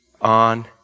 on